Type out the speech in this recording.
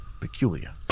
Peculiar